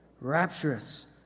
rapturous